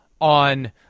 on